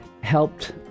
Helped